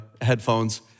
headphones